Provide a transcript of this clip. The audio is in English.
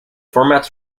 formats